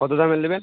কতো দামের নেবেন